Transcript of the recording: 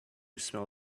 smell